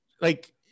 like-